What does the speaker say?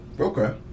Okay